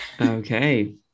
Okay